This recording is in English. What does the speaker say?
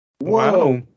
Wow